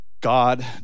God